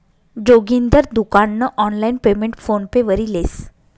जोगिंदर दुकान नं online payment PhonePe वरी लेस